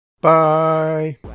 bye